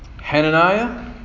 Hananiah